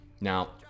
Now